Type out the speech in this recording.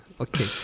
Okay